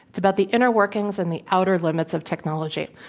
it's about the inner workings and the outer limits of technology.